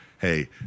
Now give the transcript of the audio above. Hey